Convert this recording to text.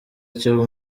cyo